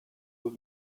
will